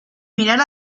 mirar